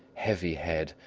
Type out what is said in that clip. heavy head,